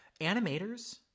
Animators